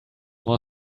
more